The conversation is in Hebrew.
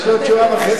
יש לי עוד שורה וחצי.